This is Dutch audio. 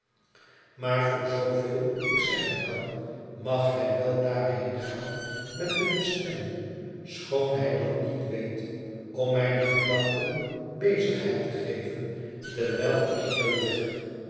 maar voor zooveel ik zeggen kan mag hij wel daarheen gaan met de bestemming schoon hij dat niet weet om mijne gedachten bezigheid te geven terwijl ik hier lig